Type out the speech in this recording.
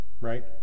Right